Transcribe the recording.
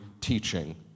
teaching